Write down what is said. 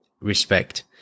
respect